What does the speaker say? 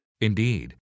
Indeed